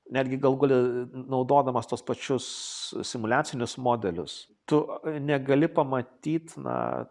netgi galų gale naudodamas tuos pačius simuliacinius modelius tu negali pamatyt na